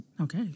Okay